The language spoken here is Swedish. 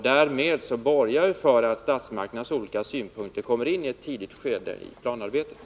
Det borgar för att statsmakternas olika synpunkter kommer ini ett tidigt skede av planarbetet.